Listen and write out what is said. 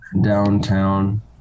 downtown